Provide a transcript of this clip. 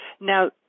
now